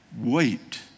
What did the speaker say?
wait